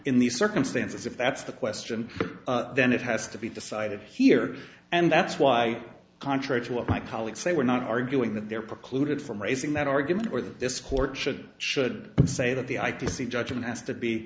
in these circumstances if that's the question then it has to be decided here and that's why contrary to what my colleagues say we're not arguing that there precluded from raising that argument or that this court should should say that the i d c judgment has to be